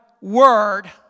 word